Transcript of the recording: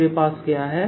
मेरे पास क्या है